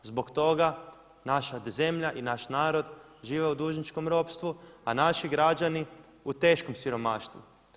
Zbog toga naša zemlja i naš narod žive u dužničkom ropstvu, a naši građani u teškom siromaštvu.